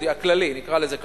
הכללי, נקרא לזה ככה,